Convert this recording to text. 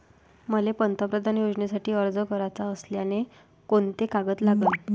मले पंतप्रधान योजनेसाठी अर्ज कराचा असल्याने कोंते कागद लागन?